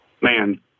man